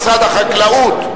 משרד החקלאות,